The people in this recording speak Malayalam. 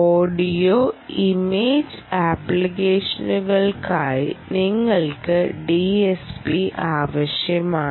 ഓഡിയോ ഇമേജ് അപ്ലിക്കേഷനുകൾക്കായി നിങ്ങൾക്ക് DSP ആവശ്യമാണ്